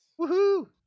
Woohoo